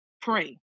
pray